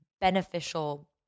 beneficial